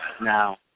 Now